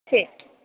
ശരി